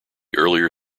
earlier